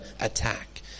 attack